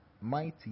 mighty